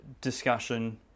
discussion